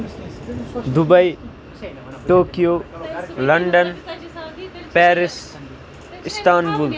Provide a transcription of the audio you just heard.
Dubai Tokyo London Paris Istanbul